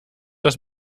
das